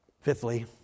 Fifthly